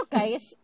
guys